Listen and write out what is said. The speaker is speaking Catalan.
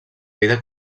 vida